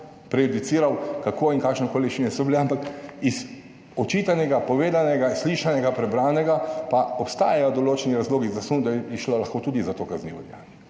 prejudiciral kako in kakšne okoliščine so bile, ampak iz očitanega, povedanega, slišanega, prebranega pa obstajajo določeni razlogi za sum, da bi šlo lahko tudi za to kaznivo dejanje.